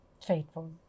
faithful